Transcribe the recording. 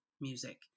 music